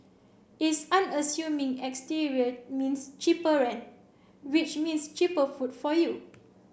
its unassuming exterior means cheaper rent which means cheaper food for you